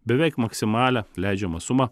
beveik maksimalią leidžiamą sumą